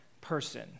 person